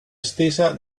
estesa